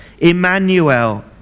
Emmanuel